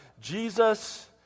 Jesus